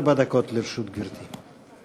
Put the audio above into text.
ארבע דקות לרשות גברתי.